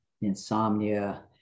Insomnia